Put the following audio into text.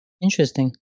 interesting